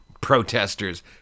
protesters